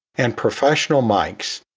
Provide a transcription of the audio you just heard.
and professional mics.